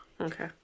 Okay